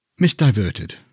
misdiverted